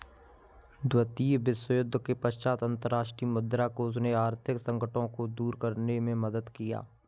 द्वितीय विश्वयुद्ध के पश्चात अंतर्राष्ट्रीय मुद्रा कोष ने आर्थिक संकटों को दूर करने में मदद किया